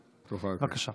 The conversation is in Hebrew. בבקשה.